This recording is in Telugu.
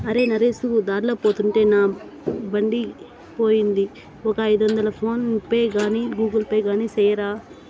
అరే, నరేసు దార్లో పోతుంటే నా బండాగిపోయింది, ఒక ఐదొందలు ఫోన్ పే గాని గూగుల్ పే గాని సెయ్యరా